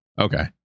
Okay